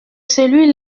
celui